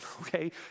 okay